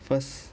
first